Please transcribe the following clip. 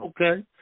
okay